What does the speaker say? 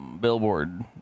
Billboard